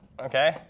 okay